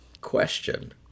question